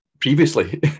previously